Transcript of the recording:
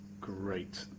Great